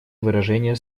выражение